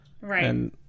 Right